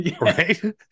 right